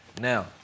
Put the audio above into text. Now